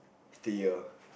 did your